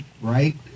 right